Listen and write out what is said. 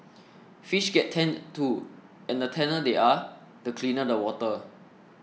fish get tanned too and the tanner they are the cleaner the water